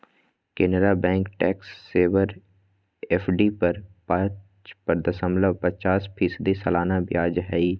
Canara bank tax saver FD पर पाच दशमलब पचास फीसदी सालाना ब्याज हइ